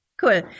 Cool